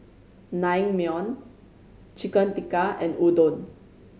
Naengmyeon Chicken Tikka and Udon